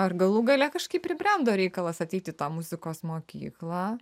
ar galų gale kažkaip pribrendo reikalas ateit į tą muzikos mokyklą